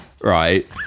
right